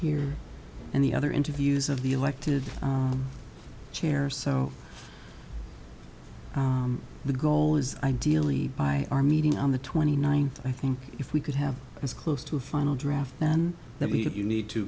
here and the other interviews of the elected chair so the goal is ideally by our meeting on the twenty ninth i think if we could have as close to a final draft then that we have you need to